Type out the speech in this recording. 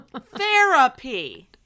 therapy